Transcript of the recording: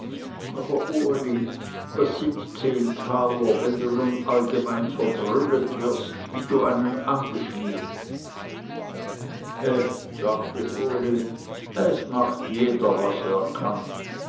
aber uli was sind zehn taler wenn du nun allgemein verbrüllet wirst wie du einen angeschmiert he sagte uli es macht jeder was er kann